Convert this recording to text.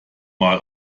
mal